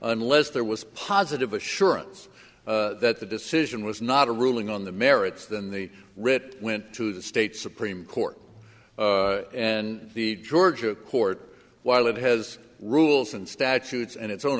unless there was positive assurance that the decision was not a ruling on the merits than the writ went to the state supreme court and the georgia court while it has rules and statutes and its own